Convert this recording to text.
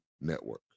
Network